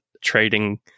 trading